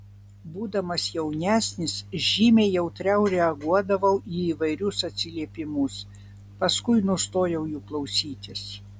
būdamas jaunesnis žymiai jautriau reaguodavau į įvairius atsiliepimus paskui nustojau jų klausytis